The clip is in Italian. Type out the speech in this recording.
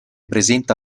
presenta